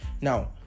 Now